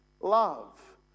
love